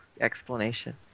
explanation